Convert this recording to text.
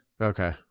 Okay